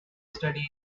studies